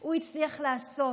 הוא הצליח לעשות.